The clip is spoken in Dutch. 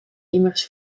immers